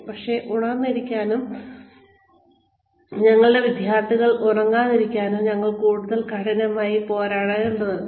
കൂടാതെ ഉണർന്നിരിക്കാനും ഞങ്ങളുടെ വിദ്യാർത്ഥികൾ ഉറങ്ങാതിരിക്കാനും ഞങ്ങൾ കൂടുതൽ കഠിനമായി പോരാടേണ്ടതുണ്ട്